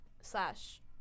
slash